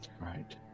Right